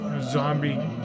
zombie